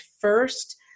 first